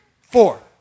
four